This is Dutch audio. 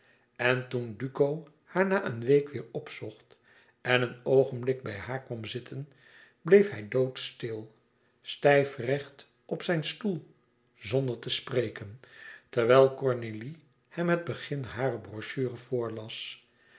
en toen duco haar na een week weêr opzocht en een oogenblik bij haar kwam zitten bleef hij doodstil stijfrecht op zijn stoel zonder te spreken terwijl cornélie hem het begin harer brochure voorlas